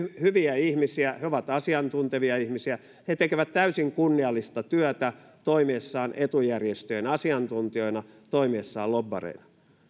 hyviä ihmisiä he ovat asiantuntevia ihmisiä he tekevät täysin kunniallista työtä toimiessaan etujärjestöjen asiantuntijoina toimiessaan lobbareina